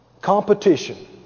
competition